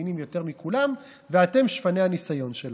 מבינים יותר מכולם ואתם שפני הניסיון שלנו.